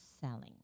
selling